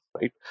right